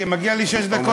מגיעות לי שש דקות,